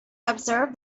observe